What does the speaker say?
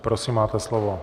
Prosím, máte slovo.